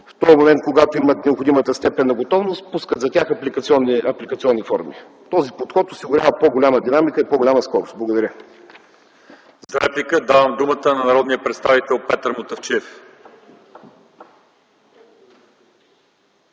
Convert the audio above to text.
в този момент, когато имат необходимата степен на готовност, пускат за тях апликационни форми. Този подход осигурява по-голяма динамика и по-голяма скорост. Благодаря.